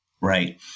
right